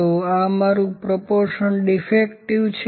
તો આ મારું પ્રોપોર્શન ડીફેક્ટિવ છે